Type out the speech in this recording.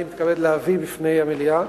אני מתכבד להביא בפני המליאה,